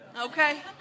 Okay